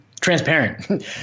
transparent